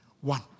One